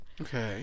Okay